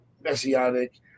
messianic